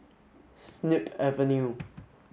Snip Avenue